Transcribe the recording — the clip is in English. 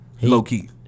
low-key